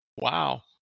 Wow